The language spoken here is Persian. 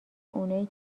اونایی